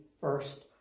first